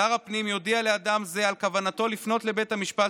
שר הפנים יודיע לאדם זה על כוונתו לפנות לבית המשפט